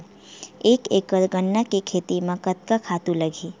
एक एकड़ गन्ना के खेती म कतका खातु लगही?